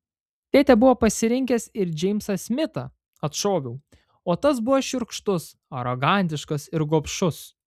tėtė buvo pasirinkęs ir džeimsą smitą atšoviau o tas buvo šiurkštus arogantiškas ir gobšus